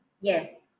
Yes